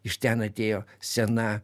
iš ten atėjo sena